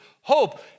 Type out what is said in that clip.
hope